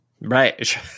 Right